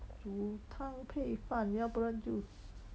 煮汤配饭要不然就